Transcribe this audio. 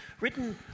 written